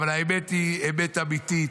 אבל האמת היא, אמת אמתית.